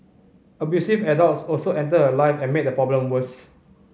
abusive adults also entered her life and made the problem worse